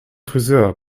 frisör